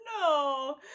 No